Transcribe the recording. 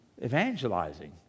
evangelizing